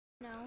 No